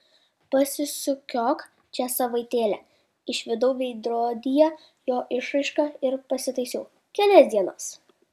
pasisukiok čia savaitėlę išvydau veidrodyje jo išraišką ir pasitaisiau kelias dienas